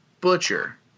Butcher